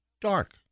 dark